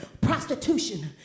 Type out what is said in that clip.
prostitution